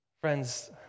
Friends